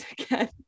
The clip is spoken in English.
again